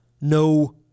no